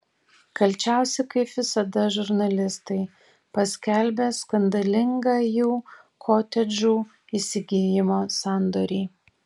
kalčiausi kaip visada žurnalistai paskelbę skandalingą jų kotedžų įsigijimo sandorį